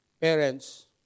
Parents